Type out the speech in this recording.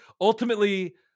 Ultimately